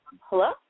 hello